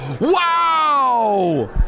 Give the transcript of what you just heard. wow